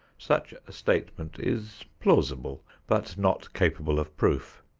such a statement is plausible but not capable of proof.